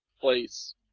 place